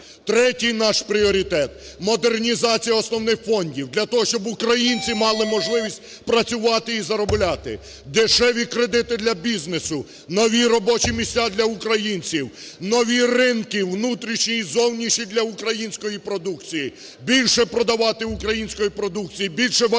Третій наш пріоритет – модернізація основних фондів для того, щоб українці мали можливість працювати і заробляти. Дешеві кредити для бізнесу, нові робочі місця для українців, нові ринки внутрішній і зовнішній для української продукції, більше продавати української продукції, більше валюти